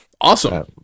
Awesome